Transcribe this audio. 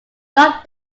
note